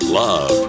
love